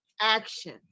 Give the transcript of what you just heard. action